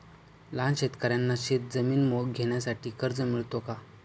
लहान शेतकऱ्यांना शेतजमीन घेण्यासाठी कर्ज मिळतो का?